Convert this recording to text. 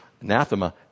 anathema